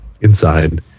inside